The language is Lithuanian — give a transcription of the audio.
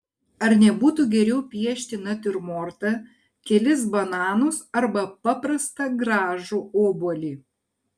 ar nebūtų geriau piešti natiurmortą kelis bananus arba paprastą gražų obuolį